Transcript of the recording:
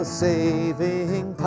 saving